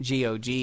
GOG